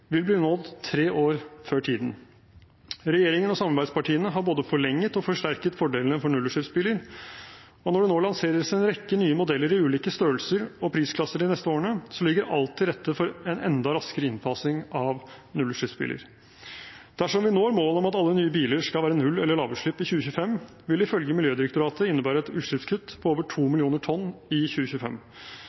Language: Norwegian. vil bli nådd tre år før tiden. Regjeringen og samarbeidspartiene har både forlenget og forsterket fordelene for nullutslippsbiler, og når det nå lanseres en rekke nye modeller i ulike størrelser og prisklasser de neste årene, ligger alt til rette for en enda raskere innfasing. Dersom vi når målet om at alle nye biler skal ha null- eller lavutslipp i 2025, vil det ifølge Miljødirektoratet innebære et utslippskutt på over 2 millioner tonn i 2025.